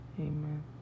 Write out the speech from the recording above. Amen